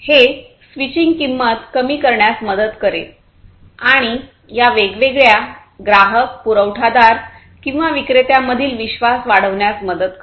हे स्विचिंग किंमत कमी करण्यात मदत करेल आणि या वेगवेगळ्या ग्राहक पुरवठादार किंवा विक्रेत्यांमधील विश्वास वाढवण्यास मदत करेल